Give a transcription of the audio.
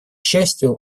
счастью